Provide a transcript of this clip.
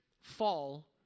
fall